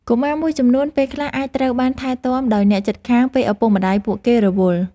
កុមារមួយចំនួន ពេលខ្លះអាចត្រូវបានថែទាំដោយអ្នកជិតខាងពេលឪពុកម្តាយពួកគេរវល់។